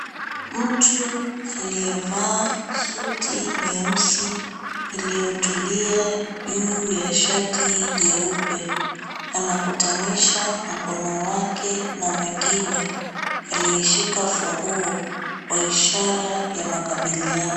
Mtu aliyevaa suti nyeusi iliyotulia juu ya shati jeupe anakutanisha mkono wake na mwengine aliyeshika funguo kwa ishara ya makabiliano.